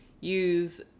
use